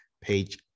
page